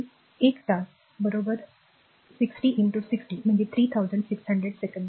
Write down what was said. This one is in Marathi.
1 तास आर 60 60 3600 सेकंद